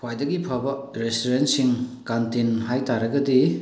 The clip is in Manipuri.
ꯈ꯭ꯋꯥꯏꯗꯒꯤ ꯐꯕ ꯔꯦꯁꯇꯨꯔꯦꯟꯁꯤꯡ ꯀꯟꯇꯤꯟ ꯍꯥꯏꯇꯥꯔꯒꯗꯤ